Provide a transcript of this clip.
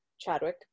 Chadwick